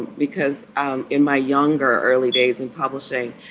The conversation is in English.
because um in my younger early days in publishing,